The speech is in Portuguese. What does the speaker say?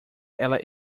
ela